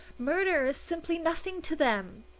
murder is simply nothing to them!